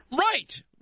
right